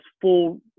full